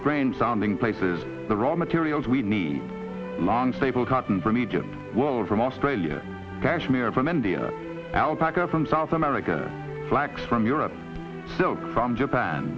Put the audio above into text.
strange sounding places the raw materials we need long staple cotton from egypt from australia kashmir from india alpaca from south america blacks from europe silk from japan